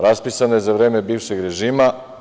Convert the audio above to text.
Raspisana je za vreme bivšeg režima.